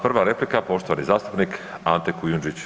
Prva replika poštovani zastupnik Ante Kujundžić.